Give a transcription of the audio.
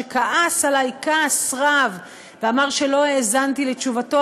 שכעס עלי כעס רב ואמר שלא האזנתי לתשובתו,